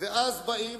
ואז באים,